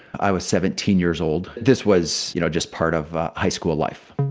i was seventeen years old. this was you know just part of high school life